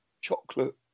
chocolate